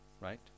right